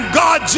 god